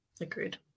agreed